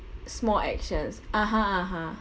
small actions (uh huh) (uh huh)